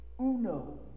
Uno